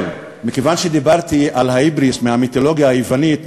מכיוון שדיברתי על ההיבריס מהמיתולוגיה היוונית,